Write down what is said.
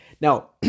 Now